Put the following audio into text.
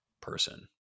person